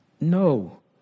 no